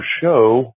show